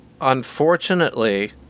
unfortunately